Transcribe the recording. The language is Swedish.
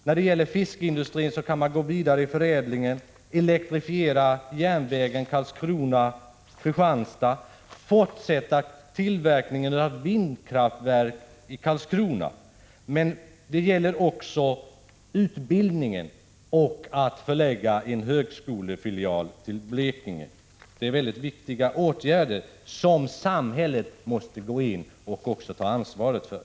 Man kan gå vidare med förädlingen inom fiskeindustrin, elektrifiera järnvägen Karlskrona-Kristianstad, fortsätta tillverkningen av vindkraftverk i Karlskrona och satsa på utbildning genom att förlägga en högskolefilial till Blekinge. Det är mycket viktiga åtgärder som samhället måste ta ansvaret för.